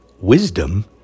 wisdom